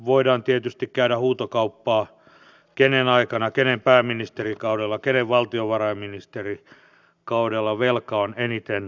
voidaan tietysti käydä huutokauppaa kenen aikana kenen pääministerikaudella kenen valtiovarainministerin kaudella velka on eniten kasvanut